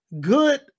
good